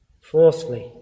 Fourthly